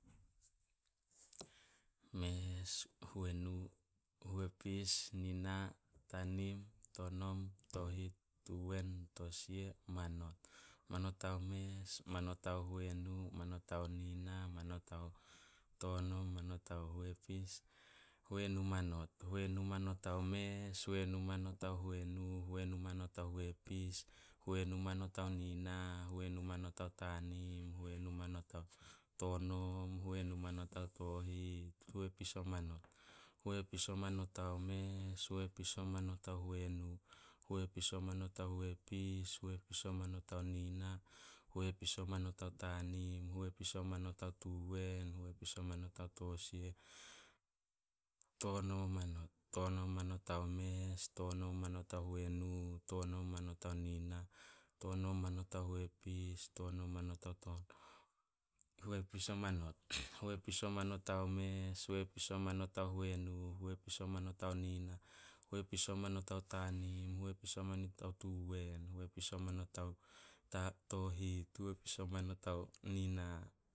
Mes, Huenu, Huepis, Nina, Tanim, Tonom, Tohit, Tuwen, Tosia, Manot. Manot ao mes, Manot ao huenu, Huenu manot. Huenu manot ao mes, Huenu manot ao huenu, Huenu manot ao huepis, Huenu manot ao nina, Huenu manot ao tanim, Huenu manot ao tonom, Huenu manot ao tohit, Huepis o manot. Huepis o manot ao mes, Huepis o manot ao huenu, Huepis o manot ao huepis, Huepis o manot ao nina, Huepis o manot ao tanim, Huepis o manot ao tuwen, Huepis o manot ao tosia, Tonom o manot. Tonom omanot ao mes, Tonom o manot ao huenu, Tonom o manot ao